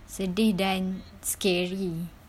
sedih dan scary